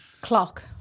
clock